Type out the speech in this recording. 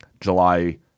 July